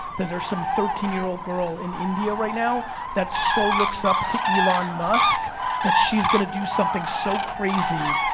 that there's some thirteen year old girl in india right now that so looks up to elon musk that she's gonna do something so crazy,